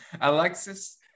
Alexis